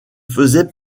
faisait